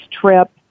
trip